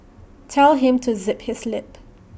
tell him to zip his lip